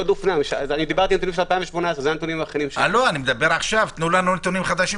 אני מדבר עכשיו תנו לנו נתונים חדשים